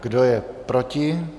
Kdo je proti?